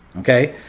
okay?